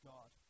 God